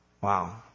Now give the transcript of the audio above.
Wow